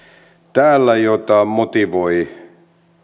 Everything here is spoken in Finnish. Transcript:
täällä ollaan mitä motivoi